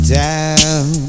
down